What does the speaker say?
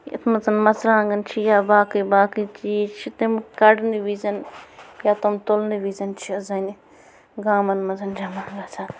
یَتھ منٛز مرژٕوانٛگن چھِ یا باقٕے باقٕے چیٖز چھِ تِمہٕ کَڈنہٕ وِزِ یا تِم تُلنہٕ وِزِ چھِ زَنہِ گامن منٛز جمح گَژھان